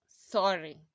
Sorry